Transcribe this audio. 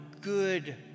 good